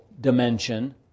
dimension